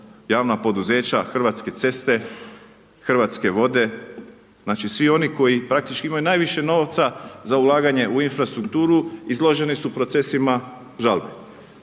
Javna poduzeća Hrvatske ceste, Hrvatske vode, znači svi oni koji praktički imaju najviše novca za ulaganje u infrastrukturu izloženi su procesima žalbe,